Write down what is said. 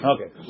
Okay